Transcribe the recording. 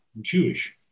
Jewish